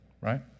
right